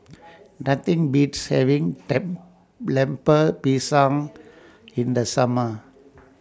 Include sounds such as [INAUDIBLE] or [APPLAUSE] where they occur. Nothing Beats having [UNINTELLIGIBLE] Lemper [NOISE] Pisang in The Summer